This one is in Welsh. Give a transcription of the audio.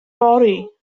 fory